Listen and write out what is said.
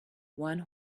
one